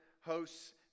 hosts